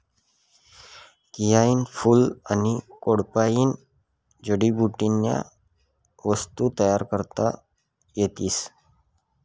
केयनं फूल आनी खोडपायीन जडीबुटीन्या वस्तू तयार करता येतीस